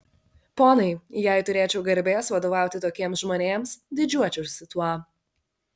ponai jei turėčiau garbės vadovauti tokiems žmonėms didžiuočiausi tuo